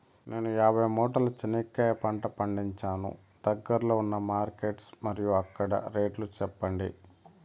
నేను యాభై మూటల చెనక్కాయ పంట పండించాను దగ్గర్లో ఉన్న మార్కెట్స్ మరియు అక్కడ రేట్లు చెప్పండి?